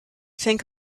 think